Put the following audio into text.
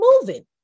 moving